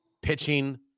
pitching